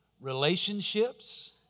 relationships